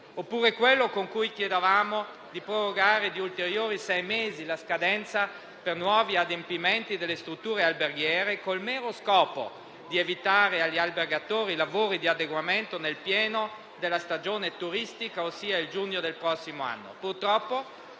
oppure quello con cui chiedevamo di prorogare di ulteriori sei mesi la scadenza per i nuovi adempimenti delle strutture alberghiere, con il mero scopo di evitare agli albergatori lavori di adeguamento nel pieno della stagione turistica, ossia il giugno del prossimo anno.